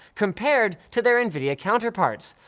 compared to their nvidia counterparts.